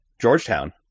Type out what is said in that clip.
georgetown